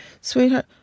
sweetheart